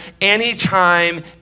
anytime